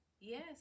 yes